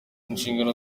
inshingano